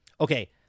Okay